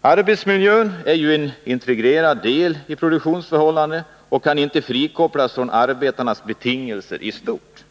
Arbetsmiljön är ju en integrerad del av produktionsförhållandena och kan inte frikopplas från arbetets betingelser i stort.